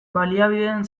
baliabideen